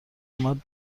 اومد